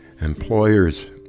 employers